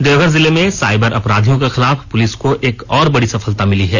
देवघर जिलें मे साईबर अपराधियों के खिलाफ पुलिस को एक और बड़ी सफलता मिली हैं